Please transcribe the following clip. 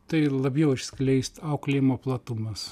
tai labiau išskleist auklėjimo platumas